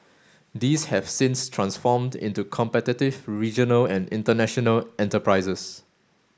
these have since transformed into competitive regional and international enterprises